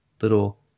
little